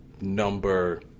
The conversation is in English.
number